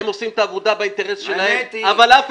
הם עושים את העבודה באינטרס שלהם אבל אף